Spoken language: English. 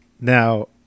now